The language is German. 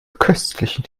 köstlichen